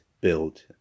build